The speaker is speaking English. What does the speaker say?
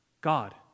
God